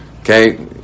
okay